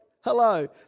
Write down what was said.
hello